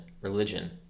religion